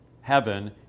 heaven